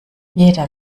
jeder